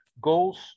goals